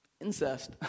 Incest